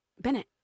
Bennett